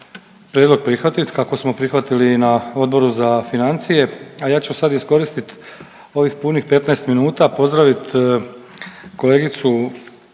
prijedlog prihvatit kako smo prihvatili i na Odboru za financije. A ja ću sad iskoristiti ovih punih 15 minuta pozdravit kolegicu